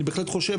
אני בהחלט חושב,